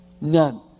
None